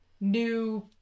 new